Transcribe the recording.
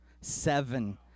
seven